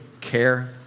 care